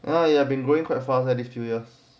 you know you have been growing quite fast and the furious